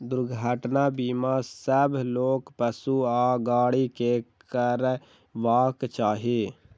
दुर्घटना बीमा सभ लोक, पशु आ गाड़ी के करयबाक चाही